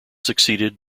succeeded